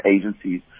agencies